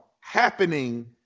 happening